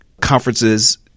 conferences